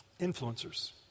Influencers